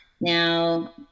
Now